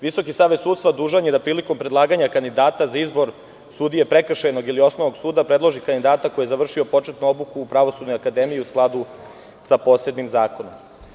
Visoki savet sudstva dužan je da prilikom predlaganja kandidata za izbor sudije Prekršajnog ili Osnovnog suda predloži kandidata koji je završio početnu obuku u Pravosudnoj akademiji u skladu sa posebnim zakonom.